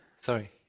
sorry